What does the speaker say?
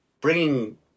bringing